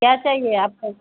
کیا چاہیے آپ کو